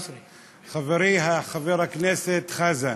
15. חברי חבר הכנסת חזן,